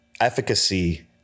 efficacy